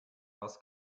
was